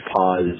pause